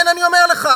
כן, אני אומר לך.